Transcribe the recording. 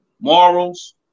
morals